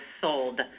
sold